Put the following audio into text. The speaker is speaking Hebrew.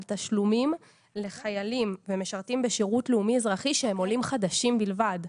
תשלומים לחיילים ומשרתים בשירות לאומי אזרחי שהם עולים חדשים בלבד.